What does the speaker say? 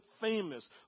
famous